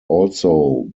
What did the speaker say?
also